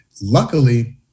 Luckily